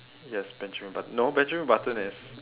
yes benjamin button no benjamin button is